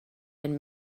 and